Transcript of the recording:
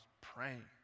praying